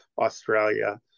Australia